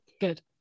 Good